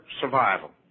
survival